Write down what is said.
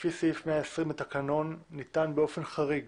לפי סעיף מאה עשרים בתקנון, ניתן באופן חריג